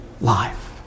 life